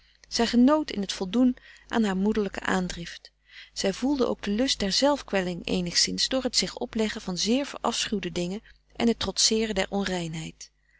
zij genoot in het voldoen aan haar moederlijke frederik van eeden van de koele meren des doods aandrift zij voelde ook den lust der zelfkwelling eenigszins door het zich opleggen van zeer verafschuwde dingen en het trotseeren der onreinheid